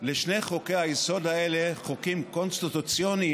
לשני חוקי-היסוד האלה, חוקים קונסטיטוציוניים,